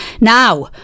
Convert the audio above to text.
now